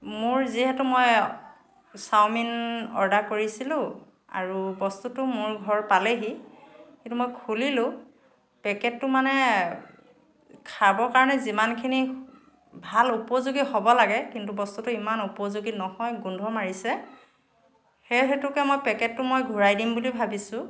মোৰ যিহেতু মই চাওমিন অৰ্ডাৰ কৰিছিলোঁ আৰু বস্তুটো মোৰ ঘৰ পালেহি কিন্তু মই খুলিলোঁ পেকেটটো মানে খাবৰ কাৰণে যিমানখিনি ভাল উপযোগী হ'ব লাগে কিন্তু বস্তুটো ইমান উপযোগী নহয় গোন্ধ মাৰিছে সেই হেতুকে মই পেকেটটো মই ঘূৰাই দিম বুলি ভাবিছোঁ